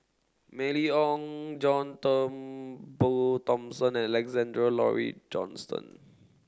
Mylene Ong John Turnbull Thomson and Alexander Laurie Johnston